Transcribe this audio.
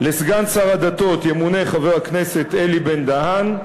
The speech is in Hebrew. לסגן השר לשירותי דת ימונה חבר הכנסת אלי בן-דהן,